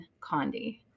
Condi